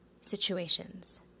situations